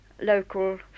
local